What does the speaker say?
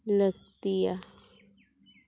ᱞᱟᱹᱠᱛᱤᱭᱟ